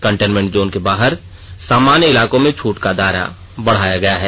containment zone के बाहर सामान्य इलाकों में छूट का दायरा बढ़ाया गया है